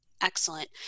Excellent